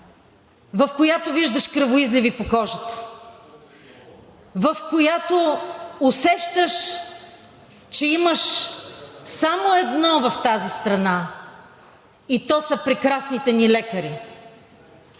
в която виждаш кръвоизливи по кожата, в която усещаш, че имаш само едно в тази страна, и то са прекрасните ни лекари